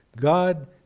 God